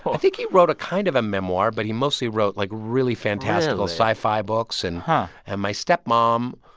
i think he wrote a kind of a memoir, but he mostly wrote, like, really fantastical sci-fi books. and and my stepmom,